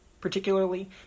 particularly